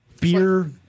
beer